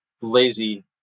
lazy